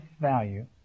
value